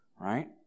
right